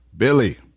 Billy